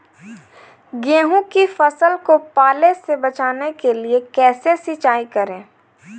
गेहूँ की फसल को पाले से बचाने के लिए कैसे सिंचाई करें?